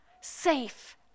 Safe